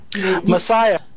Messiah